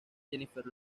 jennifer